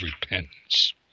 repentance